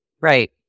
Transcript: Right